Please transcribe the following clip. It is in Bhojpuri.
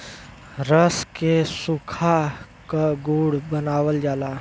रस के सुखा क गुड़ बनावल जाला